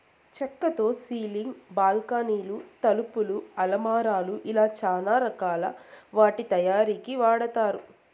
చక్కతో సీలింగ్, బాల్కానీలు, తలుపులు, అలమారాలు ఇలా చానా రకాల వాటి తయారీకి వాడతారు